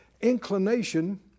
inclination